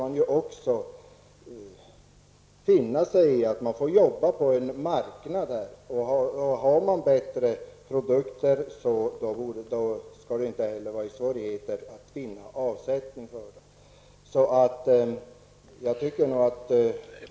Man måste finna sig i att man även här får jobba på en marknad och om man har bättre produkter bör det inte heller vara svårt att få avsättning för dem.